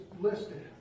listed